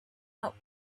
not